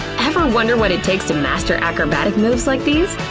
ever wonder what it takes to master acrobatic moves like these?